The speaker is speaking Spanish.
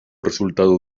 resultado